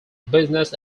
business